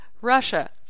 Russia